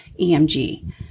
emg